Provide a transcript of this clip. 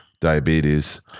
diabetes